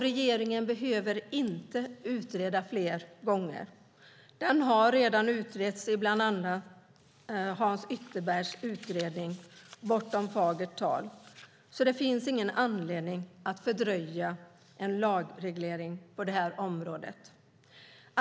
Regeringen behöver inte utreda fler gånger. Det har redan utretts i bland annat Hans Ytterbergs utredning Bortom fagert tal . Det finns alltså ingen anledning att fördröja en lagreglering på det här området.